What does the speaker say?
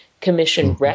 Commission